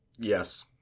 Yes